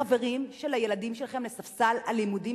החברים של הילדים שלכם לספסל הלימודים,